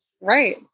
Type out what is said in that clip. Right